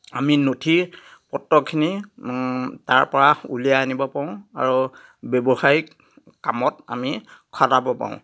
আমি নথি পত্ৰখিনি তাৰ পৰা উলিয়াই আনিব পাৰোঁ আৰু ব্যৱসায়িক কামত আমি খাটাব পাৰোঁ